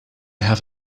have